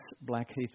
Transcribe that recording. Blackheath